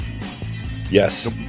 Yes